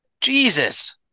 Jesus